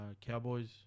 Cowboys